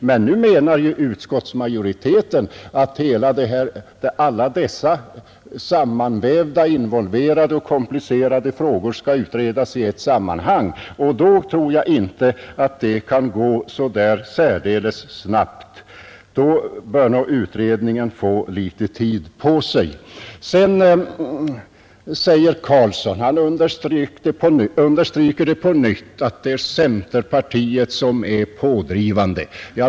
Men nu menar ju utskottsmajoriteten att alla dessa sammanvävda, involverade och komplicerade frågor skall utredas i ett sammanhang, och då tror jag inte att det kan gå så särskilt snabbt. Då bör nog utredningen få litet tid på sig. På nytt understryker herr Carlsson att det är centerpartiet som är pådrivande.